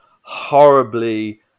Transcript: horribly